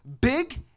big